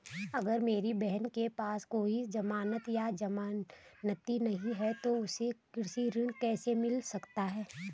अगर मेरी बहन के पास कोई जमानत या जमानती नहीं है तो उसे कृषि ऋण कैसे मिल सकता है?